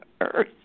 Earth